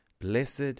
Blessed